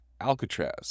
Alcatraz